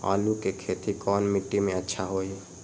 आलु के खेती कौन मिट्टी में अच्छा होइ?